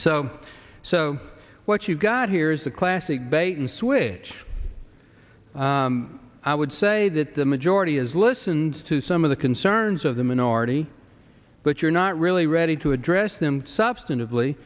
so so what you've got here is the classic bait and switch i would say that the majority is listened to some of the concerns of the minority but you're not really ready to address them substantive